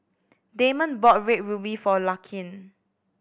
Damond bought Red Ruby for Larkin